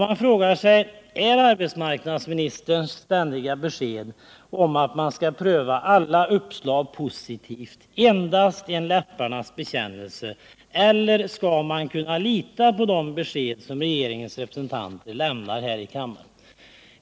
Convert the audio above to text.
Man frågar sig: Är arbetsmarknadsministerns ständiga besked om att man skall pröva alla uppslag positivt endast en läpparnas bekännelse, eller skall man lita på de besked som regeringens representanter lämnar här i kammaren?